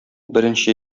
беренче